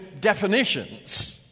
definitions